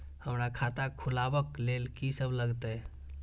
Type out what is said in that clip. हमरा खाता खुलाबक लेल की सब लागतै?